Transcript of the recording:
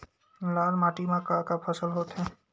लाल माटी म का का फसल होथे?